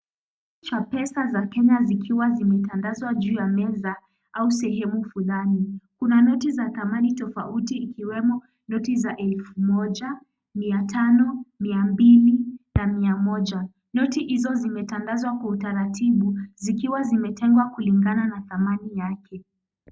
Cha pesa za Kenya zikiwa zimetandazwa juu ya meza au sehemu fulani. Kuna noti za thamani tofauti ikiwemo noti za 1000. 500, 200 na 100. Noti hizo zimetandazwa kwa utaratibu zikiwa zimetengwa kulingana na thamani yake.